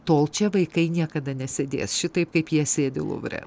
tol čia vaikai niekada nesėdės šitaip kaip jie sėdi luvre